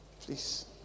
Please